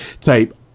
type